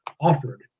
offered